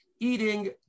eating